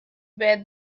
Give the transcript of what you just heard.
were